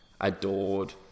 adored